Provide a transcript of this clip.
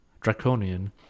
draconian